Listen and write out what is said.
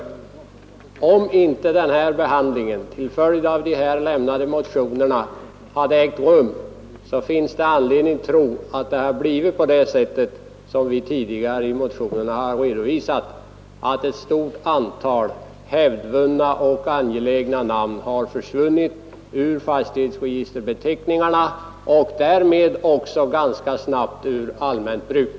Det finns anledning tro att om inte denna behandling till följd av de här lämnade motionerna ägt rum hade det blivit så, som vi tidigare i motionerna har redovisat, att ett stort antal hävdvunna och angelägna namn hade försvunnit ur fastighetsregisterbeteckningarna och därmed också ganska snabbt ur allmänt bruk.